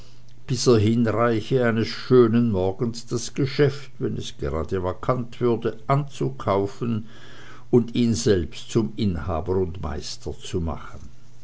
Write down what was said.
er hinreiche eines schönen morgens das geschäft wenn es gerade vakant würde anzukaufen und ihn selbst zum inhaber und meister zu machen